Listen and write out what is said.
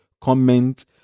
comment